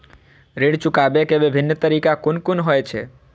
ऋण चुकाबे के विभिन्न तरीका कुन कुन होय छे?